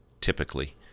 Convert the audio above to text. typically